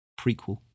prequel